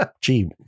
cheap